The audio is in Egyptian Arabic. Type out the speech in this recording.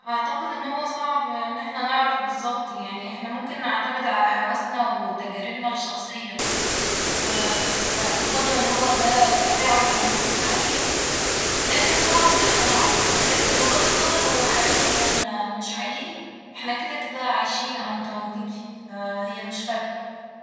أعتقد إن هو صعب إن احنا نعرف بالزبط يعني ، احنا ممكن نعتمد على حواسنا و تجاربنا الشخصية و واعتقادنا إن هو ده تفاعل ملموس و حقيقي لكن صعب إن احنا نعرف ، لكن بغض النظر هو حقيقي ولا مش حقيقي ، احنا كده كده عايشين أو متواجدين فيه ، ف هي مش فارقه